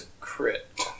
crit